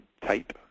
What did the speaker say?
type